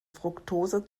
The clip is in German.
fruktose